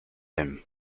him